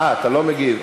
אתה לא מגיב.